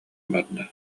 барда